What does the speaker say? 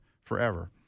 forever